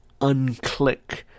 unclick